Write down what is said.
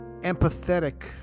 empathetic